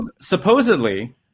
Supposedly